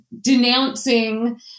denouncing